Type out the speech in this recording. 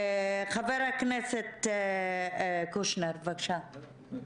חבר הכנסת קושניר, בבקשה.